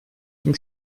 dem